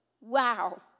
Wow